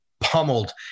pummeled